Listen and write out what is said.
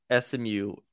SMU